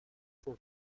for